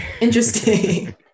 interesting